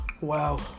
Wow